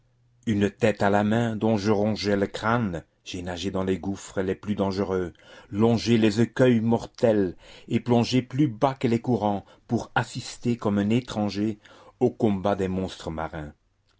une tête à la main dont je rongeais le crâne j'ai nagé dans les gouffres les plus dangereux longé les écueils mortels et plongé plus bas que les courants pour assister comme un étranger aux combats des monstres marins